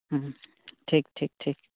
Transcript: ᱦᱩᱸ ᱴᱷᱤᱠ ᱴᱷᱤᱠ ᱴᱷᱤᱠ